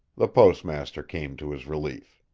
the postmaster came to his relief.